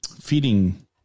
feeding